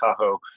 Tahoe